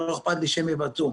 לא אכפת לי שהם יבצעו,